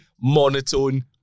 monotone